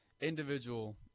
Individual